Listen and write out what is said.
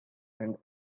and